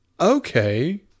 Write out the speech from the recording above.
okay